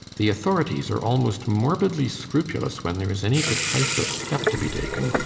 the authorities are almost morbidly scrupulous when there is any decisive step to be taken.